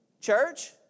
Church